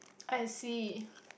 I see